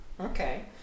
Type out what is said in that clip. Okay